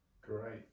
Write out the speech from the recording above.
Great